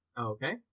Okay